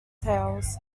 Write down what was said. tales